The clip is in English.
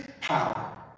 power